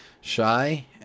Shy